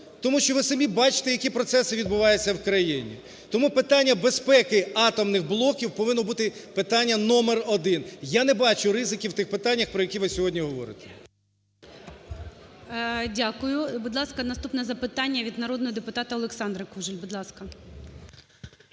тому що ви самі бачите, які процеси відбуваються в країні. Тому питання безпеки атомних блоків повинно бути "питання номер один". Я не бачу ризиків тих питаннях, про які ви сьогодні говорите. ГОЛОВУЮЧИЙ. Дякую. Будь ласка, наступне запитання від народного депутата Олександри Кужель.